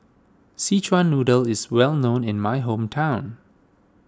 Szechuan Noodle is well known in my hometown